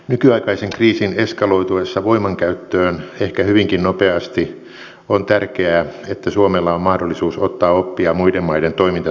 nykyaikaisen kriisin eskaloituessa voimankäyttöön ehkä hyvinkin nopeasti on tärkeää että suomella on mahdollisuus ottaa oppia muiden maiden toimintatavoista